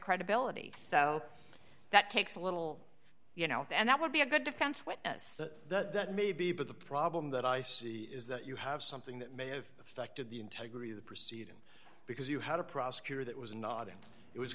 credibility so that takes a little you know and that would be a good defense witness to maybe but the problem that i see is that you have something that may have affected the integrity of the proceedings because you had a prosecutor that was